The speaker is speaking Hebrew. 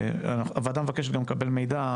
הוועדה מבקשת גם לקבל מידע,